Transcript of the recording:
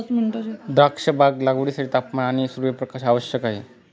द्राक्षबाग लागवडीसाठी तापमान आणि सूर्यप्रकाश आवश्यक आहे